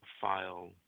file